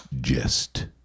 jest